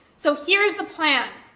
so here's the plan,